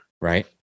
Right